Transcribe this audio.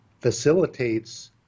facilitates